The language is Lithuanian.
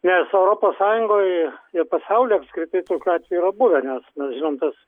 nes europos sąjungoj ir pasauly apskritai tas yra buvę nes mes žinom tas